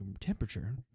temperature